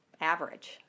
average